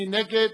מי נגד?